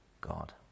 God